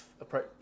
approach